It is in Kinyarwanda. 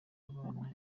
abana